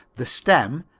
the stem,